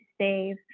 save